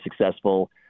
successful